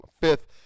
fifth